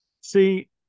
See